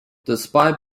despite